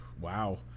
wow